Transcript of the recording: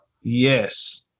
Yes